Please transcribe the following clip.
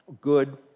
good